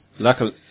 Luckily